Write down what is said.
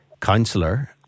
councillor